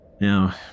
Now